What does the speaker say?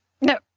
No